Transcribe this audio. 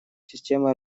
системы